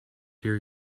here